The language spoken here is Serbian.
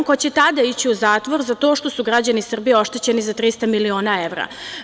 Ko će tada ići u zatvor za to što su građani Srbije oštećeni za 300.000.000 evra?